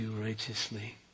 righteously